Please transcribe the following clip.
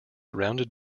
rounded